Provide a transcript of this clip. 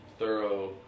thorough